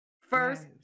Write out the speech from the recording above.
first